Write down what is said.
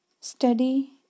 study